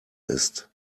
ist